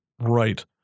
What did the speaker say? Right